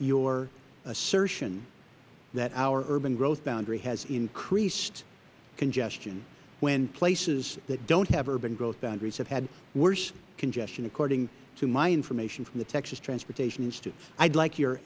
your assertion that our urban growth boundary has increased congestion when places that don't have urban growth boundaries have had worse congestion according to my information from the texas transportation institute i would like your